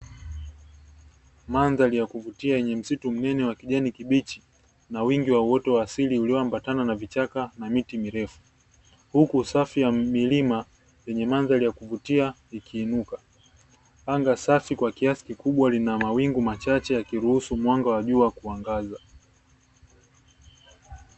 Mandhari ya kuvutia yenye msitu mnene wa kijani kibichi na wingi wa uoto wa asili ulioambatana na vichaka na miti mirefu, huku safu ya milima yenye mandhali ya kuvutia ikiinuka anga safi kwa kiasikikubwa lina mawingu machache yakiruhusu mwanga wa jua kuangaza.